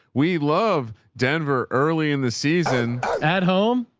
we love denver early in the season at home.